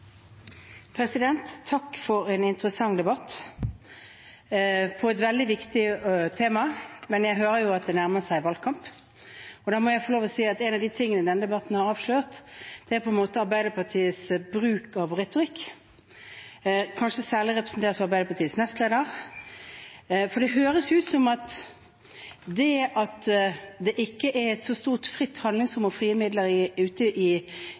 Takk for en interessant debatt om et veldig viktig tema. Men jeg hører jo at det nærmer seg valgkamp, og da må jeg få si at en av tingene denne debatten har avslørt, er Arbeiderpartiets bruk av retorikk, kanskje særlig representert av Arbeiderpartiets nestleder. Det høres ut som om det at det ikke er så stort fritt handlingsrom og frie midler ute i